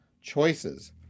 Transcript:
choices